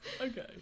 Okay